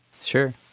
sure